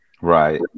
right